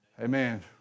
amen